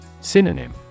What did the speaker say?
Synonym